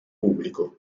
pubblico